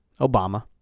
Obama